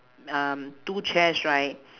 um two chairs right